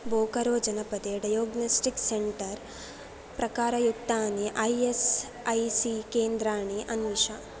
बोकारोजनपदे diagnostics centre प्रकारयुक्तानि I S I C केन्द्राणि अन्विष